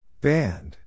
Band